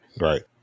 right